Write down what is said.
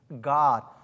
God